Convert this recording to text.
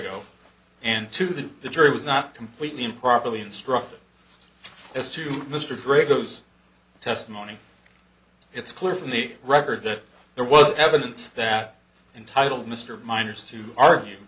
draco and to the jury was not completely improperly instructed as to mr draco's testimony it's clear from the record that there was evidence that entitle mr miners to argue